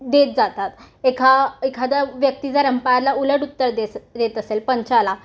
देत जातात एखा एखादा व्यक्ती जर अंपायरला उलट उत्तर देस देत असेल पंचाला